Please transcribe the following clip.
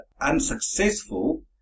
unsuccessful